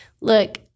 look